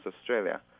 Australia